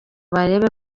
barebe